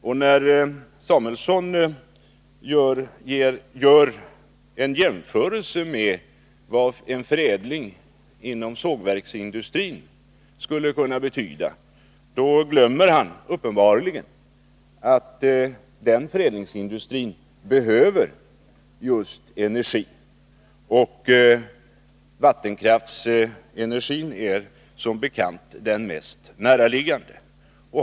När Björn Samuelson gör en jämförelse med vad en förädling inom sågverksindustrin skulle kunna betyda, glömmer han uppenbarligen att den förädlingsindustrin behöver just energi. Vattenkraftsenergin är som bekant den mest näraliggande.